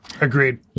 agreed